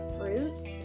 fruits